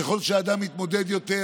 ככל שאדם מתמודד יותר,